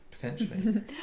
potentially